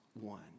one